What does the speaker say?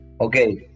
okay